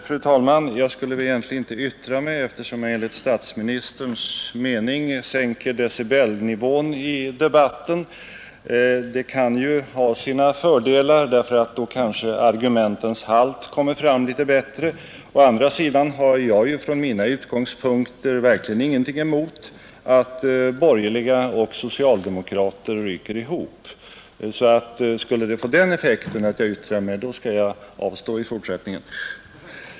Fru talman! Jag skulle egentligen inte yttra mig eftersom jag enligt statsministerns mening sänker decibel-nivån i debatten. Det kan ju ha sina fördelar, därför att då kanske argumentens halt kommer fram litet bättre. Å andra sidan har jag från mina utgångspunkter verkligen ingenting emot att borgerliga och socialdemokrater ryker ihop. Skulle det få den effekten att jag yttrar mig, skall jag avstå i fortsättningen.